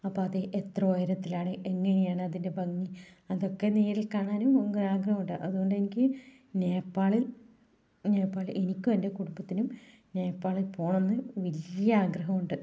അപ്പം അത് എത്ര ഉയരത്തിലാണ് എങ്ങനെയാണ് അതിൻ്റെ ഭംഗി അതൊക്കെ നേരിൽ കാണാനും ആഗ്രഹമുണ്ട് അതുകൊണ്ട് എനിക്ക് നേപ്പാളിൽ നേപ്പാളിൽ എനിക്കും എൻ്റെ കുടുംബത്തിനും നേപ്പാളിൽ പോകണം എന്ന് വലിയ ആഗ്രഹമുണ്ട്